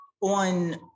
on